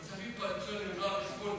כספים קואליציוניים לנוער בסיכון,